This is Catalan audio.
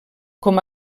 com